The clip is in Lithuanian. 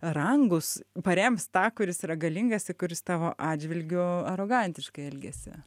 rangus parems tą kuris yra galingas kuris tavo atžvilgiu arogantiškai elgiasi